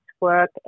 work